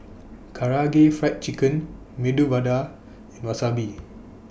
Karaage Fried Chicken Medu Vada Wasabi